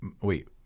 Wait